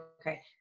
Okay